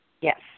Yes